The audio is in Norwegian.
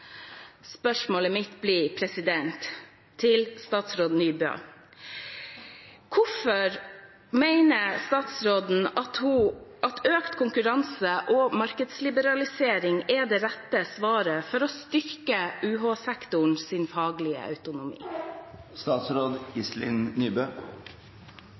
Spørsmålet mitt til statsråd Nybø blir: Hvorfor mener statsråden at økt konkurranse og markedsliberalisering er det rette svaret for å styrke